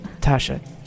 tasha